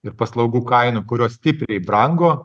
ir paslaugų kainų kurios stipriai brango